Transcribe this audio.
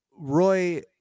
Roy